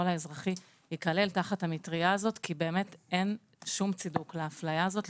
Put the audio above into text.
האזרחי ייכלל תחת המטריה הזאת כי באמת אין שום צידוק להפליה הזאת.